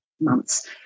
months